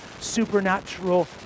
supernatural